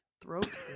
Throat